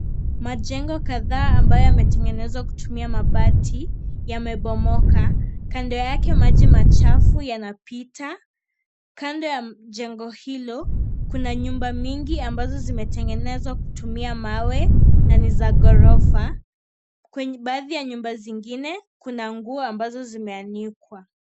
Majengo kadhaa ambayo yametengenezwa kutumia mabati yamebomoka. Kando yake maji machafu yanapita. Kando ya jengo hilo kuna nyumba mingi ambazo zimetengenezwa kutumia mawe na ni za ghorofa. Baadhi ya nyumba zingine kuna nguo ambazo zimeanikwa.